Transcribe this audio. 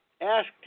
asked